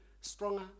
stronger